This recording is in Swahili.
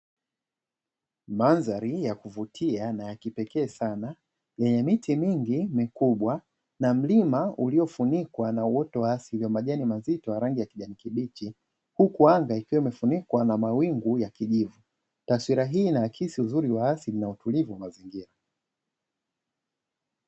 Mandhari ya kuvutia na ya kipekee sana yenye miti mingi mikubwa na mlima uliyofunikwa na uoto wa asili wa majani mazito ya rangi ya kijani kibichi, huku anga ikiwa imefunikwa na mawingu ya kijivu. Taswira hii inaakisi uzuri wa asili na utulivu wa mazingira.